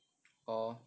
orh